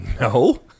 no